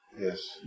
Yes